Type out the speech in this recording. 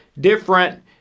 different